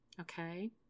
okay